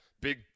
Big –